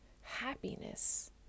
happiness